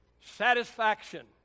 Satisfaction